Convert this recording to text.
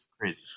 crazy